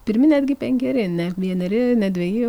pirmi netgi penkeri ne vieneri ne dveji